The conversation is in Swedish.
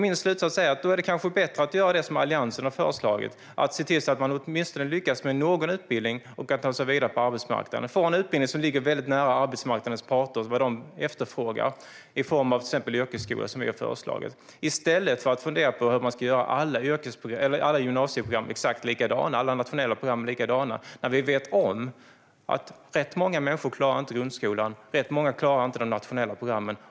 Min slutsats är att det kanske är bättre att göra som Alliansen har föreslagit: att se till att man åtminstone lyckas med någon utbildning och kan ta sig vidare på arbetsmarknaden. Man får en utbildning som ligger nära det arbetsmarknadens parter efterfrågar. Vi har till exempel föreslagit yrkesskolor, i stället för att alla gymnasieprogram och nationella program ska vara likadana. Vi vet nämligen att det är ganska många människor som inte klarar grundskolan och att det är ganska många som inte klarar de nationella programmen.